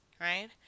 right